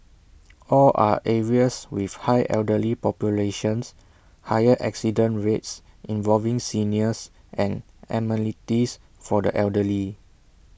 all are areas with high elderly populations higher accident rates involving seniors and amenities for the elderly